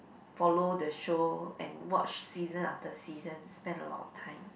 follow the show and watch season after seasons spent a lot of time